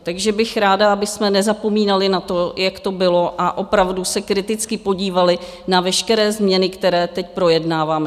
Takže bych ráda, abychom nezapomínali na to, jak to bylo, a opravdu se kriticky podívali na veškeré změny, které teď projednáváme.